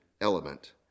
element